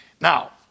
Now